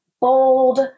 bold